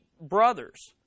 brothers